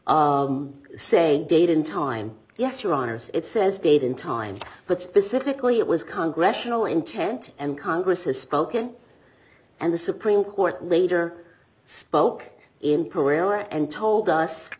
it say date in time yes your honour's it says date in time but specifically it was congregational intent and congress has spoken and the supreme court later spoke in prayer and told us